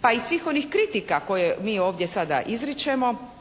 pa iz svih onih kritika koje mi ovdje sada izričemo